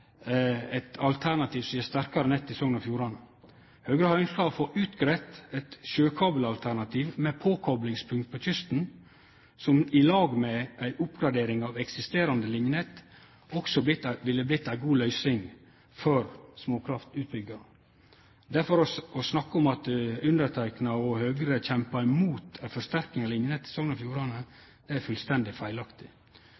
eit alternativ som gir sterkare nett i Sogn og Fjordane. Høgre har ønskt å få greidd ut eit sjøkabelalternativ med påkoplingspunkt på kysten, som i lag med ei oppgradering av eksisterande linjenett også ville ha vorte ei god løysing for småkraftutbygginga. Å snakke om at underteikna og Høgre har kjempa imot ei forsterking av linjenettet i Sogn og